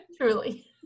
Truly